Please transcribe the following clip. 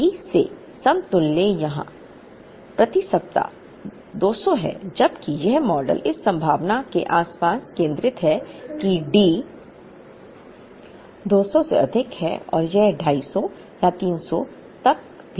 D के समतुल्य यहाँ प्रति सप्ताह 200 है जबकि यह मॉडल इस संभावना के आसपास केंद्रित है कि D 200 से अधिक है और यह 250 या 300 तक भी जा सकता है